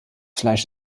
fleisch